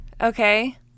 okay